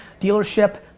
dealership